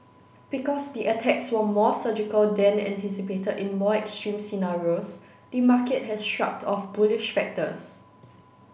because the attacks were more surgical than anticipated in more extreme scenarios the market has shrugged off bullish factors